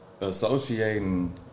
Associating